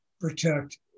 protect